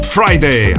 Friday